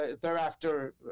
thereafter